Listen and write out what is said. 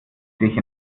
sich